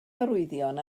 arwyddion